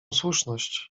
słuszność